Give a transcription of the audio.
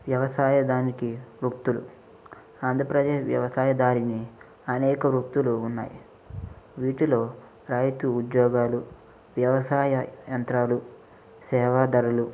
వ్యవసాయ దారికి ఉక్తులు ఆంధ్రప్రదేశ్ వ్యవసాయ దారిని అనేక వృత్తులు ఉన్నాయి వీటిలో రైతు ఉద్యోగాలు వ్యవసాయ యంత్రాలు సేవా ధరలు